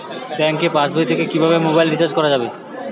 Bank পাশবই থেকে কিভাবে মোবাইল রিচার্জ করা যাবে?